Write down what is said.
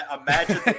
Imagine